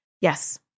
yes